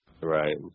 Right